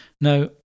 Now